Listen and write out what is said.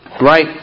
Right